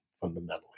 fundamentally